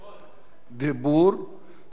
על כן אנחנו עוברים להצבעה